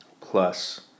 plus